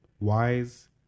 wise